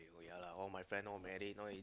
oh ya lah all my friend all married all